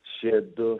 šie du